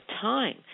time